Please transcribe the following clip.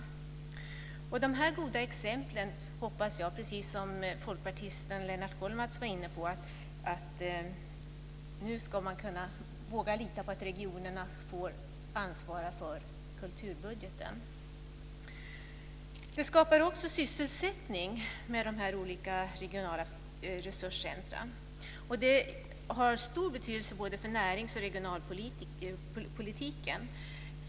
Med de här goda exemplen hoppas jag att man nu ska våga lita på att regionerna får ansvara för kulturbudgeten, precis som folkpartisten Lennart De olika regionala resurscentrerna skapar också sysselsättning. Det har stor betydelse för både närings och regionalpolitiken.